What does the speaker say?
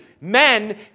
Men